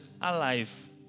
alive